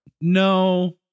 No